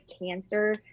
Cancer